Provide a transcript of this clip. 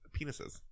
penises